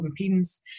impedance